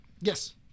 Yes